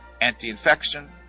anti-infection